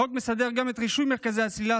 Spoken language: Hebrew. החוק מסדיר גם את רישוי מרכזי הצלילה,